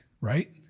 right